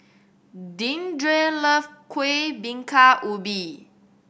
Deandre love Kueh Bingka Ubi